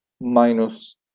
minus